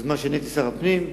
בזמן שהייתי שר הפנים.